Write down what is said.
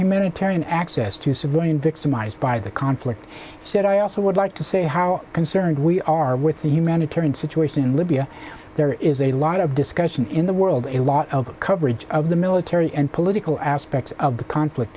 humanitarian access to civilian victimized by the conflict said i also would like to say how concerned we are with the humanitarian situation in libya there is a lot of discussion in the world a lot of coverage of the military and political aspects of the conflict